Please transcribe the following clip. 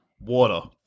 Water